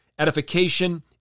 edification